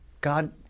God